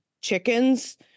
chickens